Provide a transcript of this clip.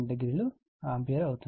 20 ampere అవుతుంది